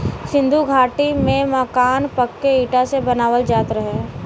सिन्धु घाटी में मकान पक्के इटा से बनावल जात रहे